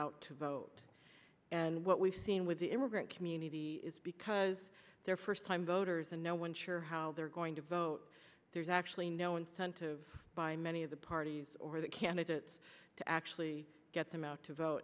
out to vote and what we've seen with the immigrant community is does there first time voters and no one's sure how they're going to vote there's actually no incentive by many of the parties or the candidates to actually get them out to vote